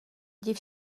div